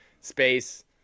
space